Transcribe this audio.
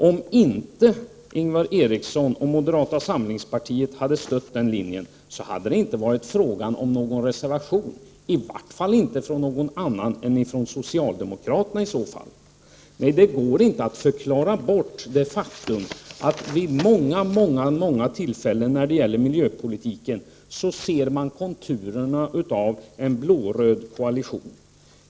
Om inte Ingvar Eriksson och moderata samlingspartiet hade stött den linjen hade det inte varit fråga om någon reservation, i varje fall inte från någon annan än från socialdemokraterna. Nej, det går inte att förklara bort det faktum att man vid många tillfällen när det gäller miljöpolitiken ser konturerna av en blå-röd koalition.